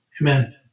Amen